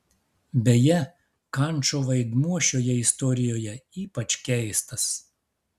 beje kančo vaidmuo šioje istorijoje ypač keistas